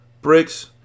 Bricks